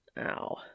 Ow